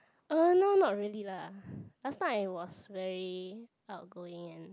uh no not really lah last time I was very outgoing and